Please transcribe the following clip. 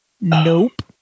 Nope